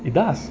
it does